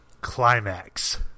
Climax